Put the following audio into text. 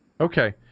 Okay